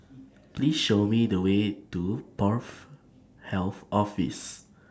Please Show Me The Way to Porth Health Office